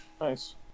Nice